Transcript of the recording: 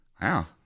wow